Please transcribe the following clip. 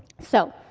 so,